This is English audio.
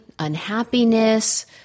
unhappiness